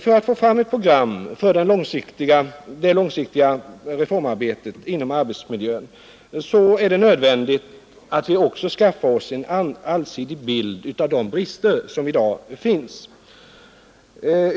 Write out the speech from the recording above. För att få fram ett program för det långsiktiga reformarbetet inom arbetsmiljön är det också nödvändigt att vi skaffar oss en allsidig bild av vilka brister som finns i dag.